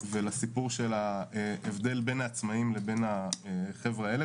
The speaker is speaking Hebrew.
ולהבדל שבין העצמאים לבין העובדים האלה,